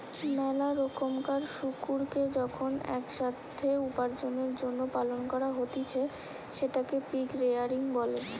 মেলা রোকমকার শুকুরকে যখন এক সাথে উপার্জনের জন্য পালন করা হতিছে সেটকে পিগ রেয়ারিং বলে